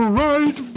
right